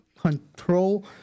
Control